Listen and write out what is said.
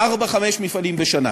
ארבעה-חמישה מפעלים בשנה.